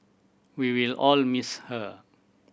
we will all miss her